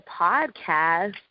podcast